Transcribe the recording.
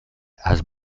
has